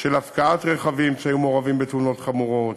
של הפקעת רכבים שהיו מעורבים בתאונות חמורות,